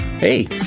Hey